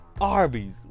Arby's